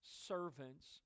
servant's